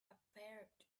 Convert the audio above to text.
appeared